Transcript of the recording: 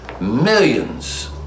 millions